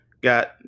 got